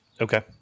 Okay